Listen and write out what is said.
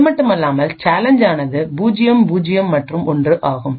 அதுமட்டுமல்லாமல் சேலஞ்ச் ஆனது 0 0 மற்றும் 1 ஆகும்